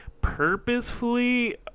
purposefully